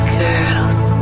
girl's